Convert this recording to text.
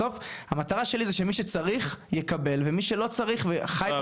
בסוף המטרה שלי שמי שצריך יקבל ומי שלא צריך --- לא,